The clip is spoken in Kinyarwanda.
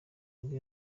nibwo